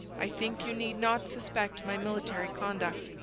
i think you need not suspect my military conduct,